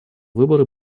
выборы